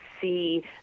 see